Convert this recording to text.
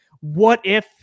what-if